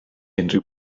unrhyw